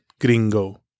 Gringo